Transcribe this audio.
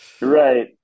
Right